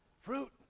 Fruit